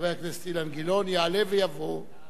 חבר הכנסת אילן גילאון יעלה ויבוא.